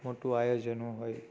મોટું આયોજનો હોય